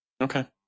Okay